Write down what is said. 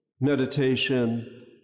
meditation